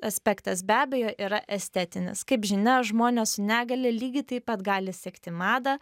aspektas be abejo yra estetinis kaip žinia žmonės su negalia lygiai taip pat gali sekti madą